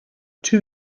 two